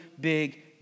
big